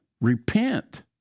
repent